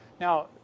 Now